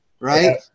Right